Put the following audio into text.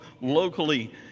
locally